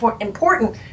important